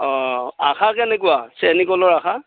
অ আষি কেনেকুৱা চেনীকলৰ আষি